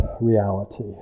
reality